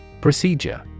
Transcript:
Procedure